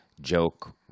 joke